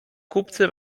kupcy